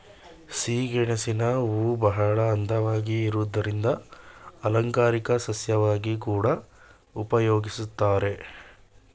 ಸಿಹಿಗೆಣಸಿನ ಹೂವುಬಹಳ ಅಂದವಾಗಿ ಇರೋದ್ರಿಂದ ಅಲಂಕಾರಿಕ ಸಸ್ಯವಾಗಿ ಕೂಡಾ ಉಪಯೋಗಿಸ್ತಾರೆ